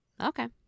okay